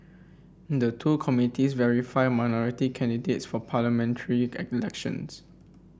the two committees verify minority candidates for parliamentary elections